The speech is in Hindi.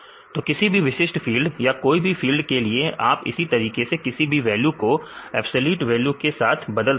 तो किसी भी विशिष्ट फील्ड या कोई और फील्ड के लिए आप इसी तरीके से किसी भी वैल्यू को एब्सलूट वैल्यू के साथ बदल सकते हैं